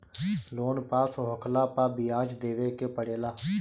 loan pass होखला पअ बियाज देवे के पड़ेला